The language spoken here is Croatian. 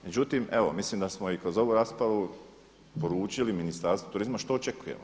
Međutim, evo mislim da smo i kroz ovu raspravu poručili Ministarstvu turizma što očekujemo.